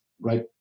right